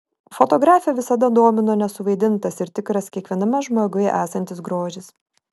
fotografę visada domino nesuvaidintas ir tikras kiekviename žmoguje esantis grožis